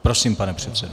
Prosím, pane předsedo.